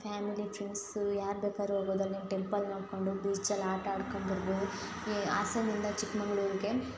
family friends ಯಾರು ಬೇಕಾದ್ರೂ ಹೋಗ್ಬೋದು ಅಲ್ಲಿನ ಟೆಂಪಲ್ ನೋಡಿಕೊಂಡು ಬೀಚಲ್ಲಿ ಆಟ ಆಡ್ಕೊಂಡು ಬರ್ಬೋದು ನಿಮಗೆ ಹಾಸನದಿಂದ ಚಿಕ್ಕಮಗ್ಳೂರಿಗೆ